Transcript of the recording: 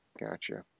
Gotcha